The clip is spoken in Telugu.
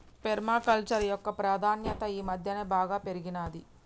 పేర్మ కల్చర్ యొక్క ప్రాధాన్యత ఈ మధ్యన బాగా పెరిగినాది